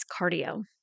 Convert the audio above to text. cardio